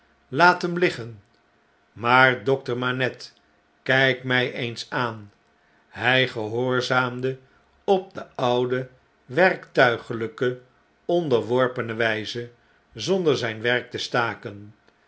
hem liggen b maar dokter manette kyk my eens aan hij gehoorzaamde op de oude werktuigljjke onderworpene wjjze zonder zfln werk te staken